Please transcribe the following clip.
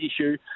issue